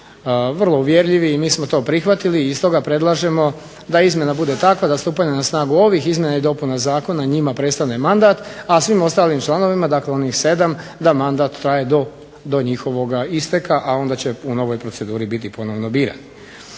vrlo uvjerljivi i mi smo to prihvatili. I stoga predlažemo da izmjena bude takva da stupanje na snagu ovih izmjena i dopuna zakona njima prestane mandat, a svim ostalim članovima dakle onih 7 da mandat traje do njihovog isteka, a onda će u novoj proceduri biti ponovno birani.